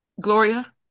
Gloria